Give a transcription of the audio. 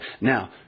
Now